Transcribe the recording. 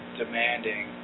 demanding